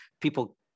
people